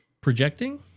Projecting